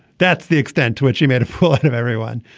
that's the extent to which he made a fool and of everyone.